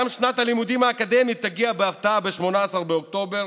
גם שנת הלימודים האקדמית תגיע בהפתעה ב-18 באוקטובר